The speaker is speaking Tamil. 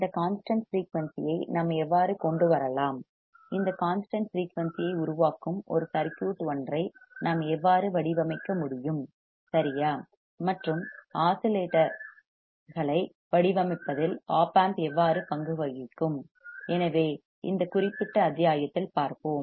இந்த கான்ஸ்டன்ட் ஃபிரீயூன்சி ஐ நாம் எவ்வாறு கொண்டு வரலாம் இந்த கான்ஸ்டன்ட் ஃபிரீயூன்சி ஐ உருவாக்கும் ஒரு சர்க்யூட் ஒன்றை நாம் எவ்வாறு வடிவமைக்க முடியும் சரியா மற்றும் ஆஸிலேட்டர்களை வடிவமைப்பதில் ஒப் ஆம்ப் எவ்வாறு பங்கு வகிக்கும் எனவே இந்த குறிப்பிட்ட அத்தியாயத்தில் பார்ப்போம்